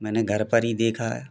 मैंने घर पर ही देखा है